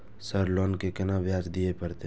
Sir loan के केना ब्याज दीये परतें?